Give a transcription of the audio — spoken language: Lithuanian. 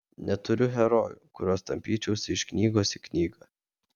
neturiu herojų kuriuos tampyčiausi iš knygos į knygą